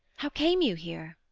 how came you here